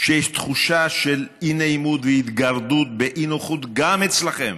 שיש תחושה של אי-נעימות והתגרדות באי-נוחות גם אצלכם.